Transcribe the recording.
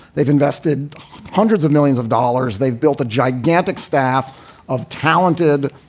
they've invested hundreds of millions of dollars. they've built a gigantic staff of talented,